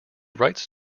writes